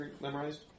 memorized